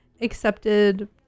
Accepted